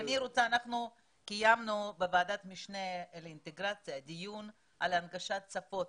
אנחנו קיימנו בוועדת המשנה לאינטגרציה דיון על הנגשת שפות